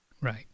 Right